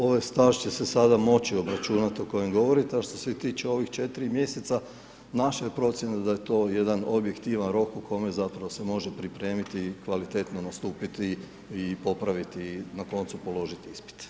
Ovaj staž će se sada moći obračunati o kojem govorite, a što se tiče ovih 4 mjeseca, naša je procjena da je to jedan objektivan rok u kome, zapravo, se može pripremiti, kvalitetno nastupiti i popraviti i na koncu položiti ispit.